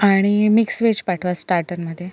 आणि mix veg पाठवा स्टार्टरमध्ये